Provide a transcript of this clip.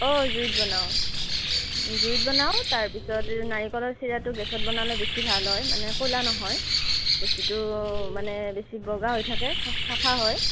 অঁ জুইত বনাওঁ জুইত বনাওঁ তাৰপিছত নাৰিকলৰ চিৰাটো গেছত বনালে বেছি ভাল হয় মানে ক'লা নহয় বস্তুটো মানে বেছি বগা হৈ থাকে চাফা হয়